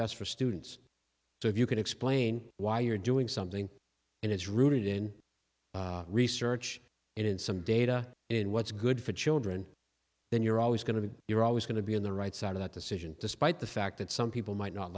best for students so if you can explain why you're doing something and it's rooted in research and in some data in what's good for children then you're always going to you're always going to be on the right side of that decision despite the fact that some people might not